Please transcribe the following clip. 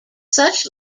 such